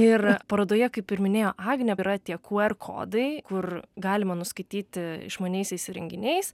ir parodoje kaip ir minėjo agnė yra tie ku er kodai kur galima nuskaityti išmaniaisiais įrenginiais